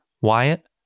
Wyatt